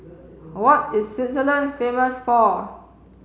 what is Switzerland famous for